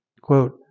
quote